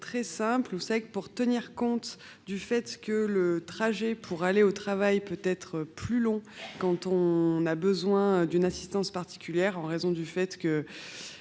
très simple. Vous le savez, pour tenir compte du fait que le trajet pour aller au travail peut être plus long quand on a besoin d’une assistance particulière, car nos trottoirs